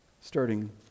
starting